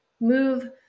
move